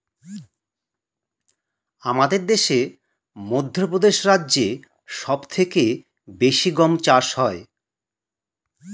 আমাদের দেশে মধ্যপ্রদেশ রাজ্যে সব থেকে বেশি গম চাষ হয়